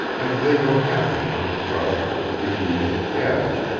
and they were happy on a crust and a few leaves of cabbage,